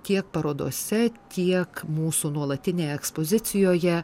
tiek parodose tiek mūsų nuolatinėje ekspozicijoje